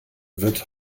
wird